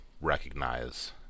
recognize